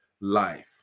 life